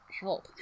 help